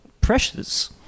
pressures